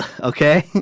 okay